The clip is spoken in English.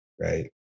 right